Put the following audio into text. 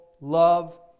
love